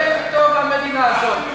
במדינה הזאת.